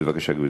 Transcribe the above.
בבקשה, גברתי.